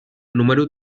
número